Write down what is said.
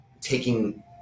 taking